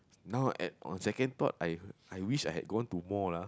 now at one second thought I wish I had gone to more lah